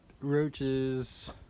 roaches